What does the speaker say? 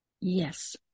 Yes